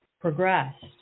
progressed